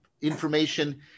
information